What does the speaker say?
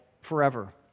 forever